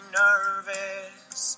nervous